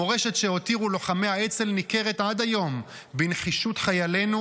המורשת שהותירו לוחמי האצ"ל ניכרת עד היום בנחישות חיילינו